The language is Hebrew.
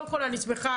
קודם כל אני שמחה,